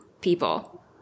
people